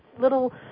little